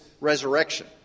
resurrection